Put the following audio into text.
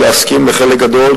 אני מסכים לחלק גדול,